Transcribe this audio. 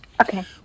Okay